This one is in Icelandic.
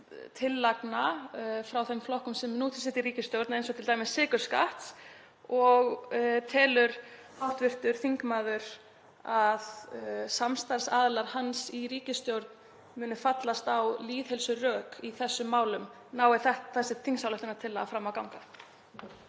tillagna frá þeim flokkum sem nú sitja í ríkisstjórn, eins og t.d. sykurskatts? Telur hv. þingmaður að samstarfsaðilar hans í ríkisstjórn muni fallast á lýðheilsurök í þessum málum, nái þessi þingsályktunartillaga fram að ganga?